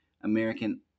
American